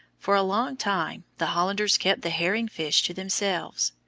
for a long time the hollanders kept the herring-fishing to themselves.